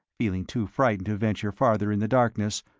feeling too frightened to venture farther in the darkness,